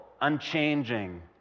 unchanging